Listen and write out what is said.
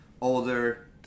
older